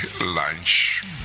lunch